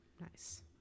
Nice